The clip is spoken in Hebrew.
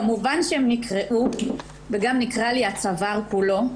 כמובן שהן נקרעו וגם נקרע לי הצוואר כולו,